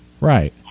Right